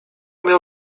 miał